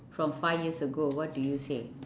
from five years ago what do you say